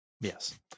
Yes